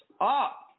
up